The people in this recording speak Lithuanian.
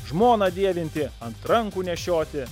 žmoną dievinti ant rankų nešioti